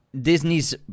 disney's